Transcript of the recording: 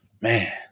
Man